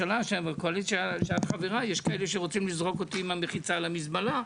בקואליציה שאת חברה יש כאלה שרוצים לזרוק אותי עם המריצה למזבלה.